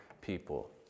people